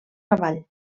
cavall